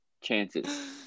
chances